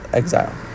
exile